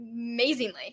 amazingly